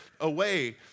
away